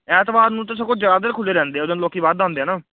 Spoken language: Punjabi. ਐਤਵਾਰ ਨੂੰ ਤਾਂ ਸਗੋਂ ਜ਼ਿਆਦਾ ਖੁੱਲ੍ਹੇ ਰਹਿੰਦੇ ਆ ਉਸ ਦਿਨ ਲੋਕੀ ਵੱਧ ਆਉਂਦੇ ਆ ਨਾ